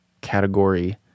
category